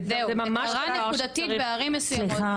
זה ממש--- זה היה נקודתית בערים מסוימות.